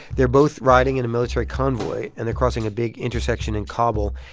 they're both riding in a military convoy, and they're crossing a big intersection in kabul.